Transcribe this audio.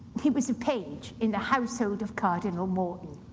he was a page in the household of cardinal morton,